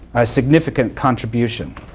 a significant contribution.